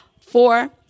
Four